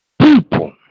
People